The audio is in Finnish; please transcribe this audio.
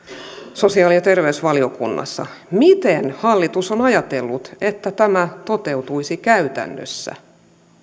sosiaali ja terveysvaliokunnassa miten hallitus on ajatellut että tämä toteutuisi käytännössä